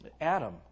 Adam